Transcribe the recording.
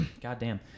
goddamn